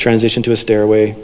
transition to a stairway